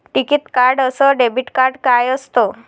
टिकीत कार्ड अस debit card काय असत?